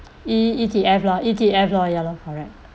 E E_T_F lah E_T_F lor ya lor correct